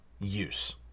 use